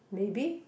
maybe